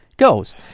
Goes